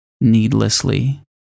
needlessly